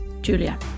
julia